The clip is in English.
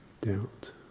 doubt